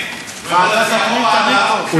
לקראת סוף 2006,